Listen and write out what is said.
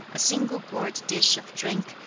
a single gourd dish of drink,